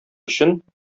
өчен